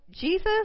Jesus